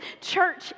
church